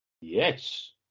Yes